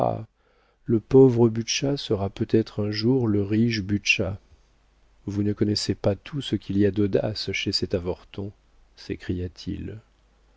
le pauvre butscha sera peut-être un jour le riche butscha vous ne connaissez pas tout ce qu'il y a d'audace chez cet avorton